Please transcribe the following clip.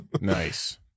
Nice